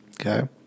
Okay